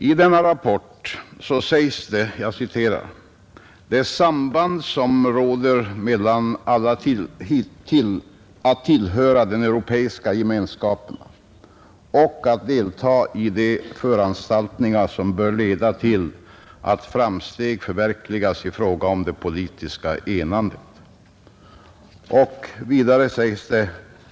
I denna rapport talas det om ”det samband som råder mellan att tillhöra den Europeiska Gemenskapen och att delta i de föranstaltningar som bör leda till att framsteg förverkligas i fråga om det politiska enandet”.